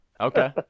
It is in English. Okay